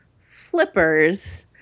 flippers